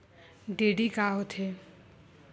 DD का होथे?